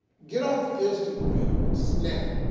get off of instagram and snap,